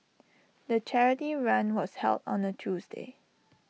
the charity run was held on A Tuesday